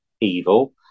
evil